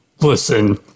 listen